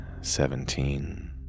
Seventeen